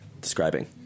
describing